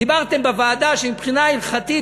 דיברתם בוועדה שמבחינה הלכתית,